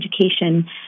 education